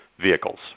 vehicles